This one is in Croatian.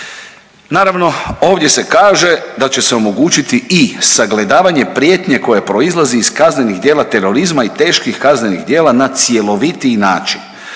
Naravno ovdje se kaže da će se omogućiti i sagledavanje prijetnje koje proizlazi iz kaznenih djela terorizma i teških kaznenih djela na cjelovitiji način,